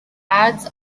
ads